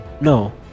no